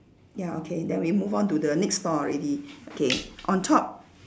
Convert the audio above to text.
ya okay then we move on to the next store already okay on top